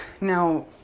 Now